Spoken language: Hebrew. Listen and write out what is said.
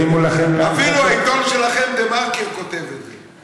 אפילו העיתון שלכם, דה-מרקר, כותב את זה.